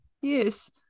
yes